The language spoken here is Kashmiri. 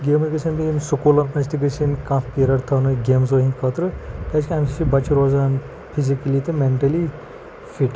گیمہٕ گژھان بیٚیہِ یِن سکوٗلَن منٛز تہِ گٔژھان کانٛہہ پیٖرَڈ تھَونہٕ یُن گیمزَن ہِنٛد خٲطرٕ کیٛازِکہِ اَمہِ سۭتۍ چھِ بَچہِ روزان فِزِکٔلی تہٕ مینٹٔلی فِٹ